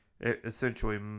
essentially